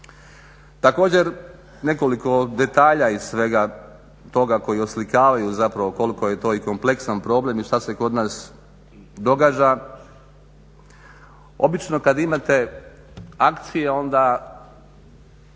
Također nekoliko detalja iz svega toga koji oslikavaju zapravo koliko je to i kompleksan problem i šta se kod nas događa. Obično kad imate akcije onda